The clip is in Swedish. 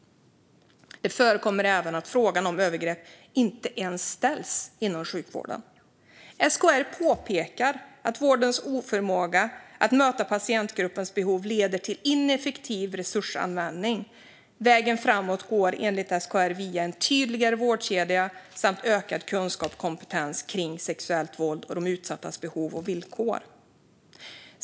Det förekommer även att frågan om övergrepp inte ens ställs inom sjukvården. SKR påpekar att vårdens oförmåga att möta patientgruppens behov leder till ineffektiv resursanvändning. Vägen framåt går enligt SKR via en tydligare vårdkedja samt ökad kunskap och kompetens kring sexuellt våld och de utsattas behov och villkor.